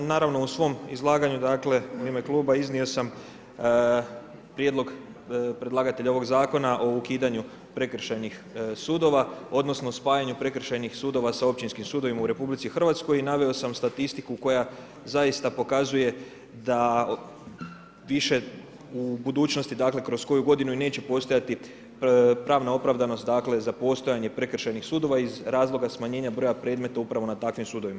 Naravno u svom izlaganju u ime kluba iznio sam prijedlog predlagatelja ovog Zakona o ukidanju prekršajnih sudova odnosno spajanju prekršajnih sudova sa općinskim sudovima u RH i naveo sam statistiku koja zaista pokazuje da više u budućnosti kroz koju godinu i neće postojati pravna opravdanost za postojanje prekršajnih sudova iz razloga smanjenja broja predmeta upravo na takvim sudovima.